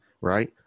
right